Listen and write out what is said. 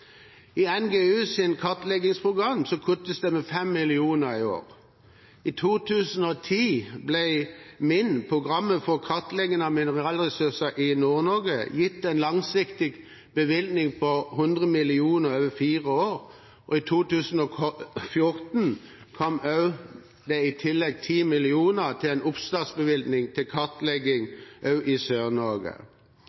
I NGUs kartleggingsprogram kuttes det med 5 mill. kr i år. I 2010 ble MINN – programmet for kartlegging av mineralressurser i Nord-Norge – gitt en langsiktig bevilgning på 100 mill. kr over fire år, og i 2014 kom det i tillegg 10 mill. kr til en oppstartsbevilgning til kartlegging også i